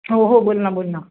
हो हो बोल ना बोल ना